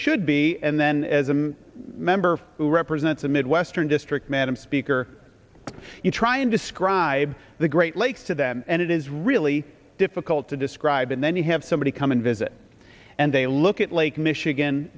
should be and then as a member who represents a midwestern district madam speaker you try and describe the great lakes to them and it is really difficult to describe and then you have somebody come and visit and they look at lake michigan